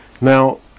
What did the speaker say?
Now